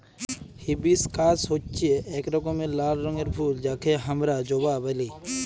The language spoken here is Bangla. হিবিশকাস হচ্যে এক রকমের লাল রঙের ফুল যাকে হামরা জবা ব্যলি